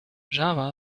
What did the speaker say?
java